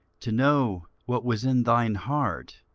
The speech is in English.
to know what was in thine heart,